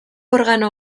organo